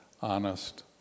honest